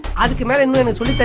i've committed. but